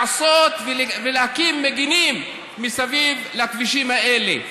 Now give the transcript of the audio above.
לעשות ולהקים מגינים מסביב לכבישים האלה.